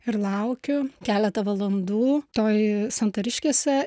ir laukiu keletą valandų toj santariškėse